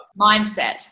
Mindset